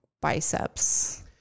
biceps